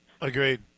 agreed